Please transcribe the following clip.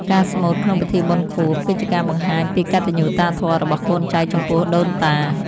ការស្មូតក្នុងពិធីបុណ្យខួប គឺជាការបង្ហាញពីកតញ្ញូតាធម៌របស់កូនចៅចំពោះដូនតា។